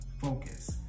focus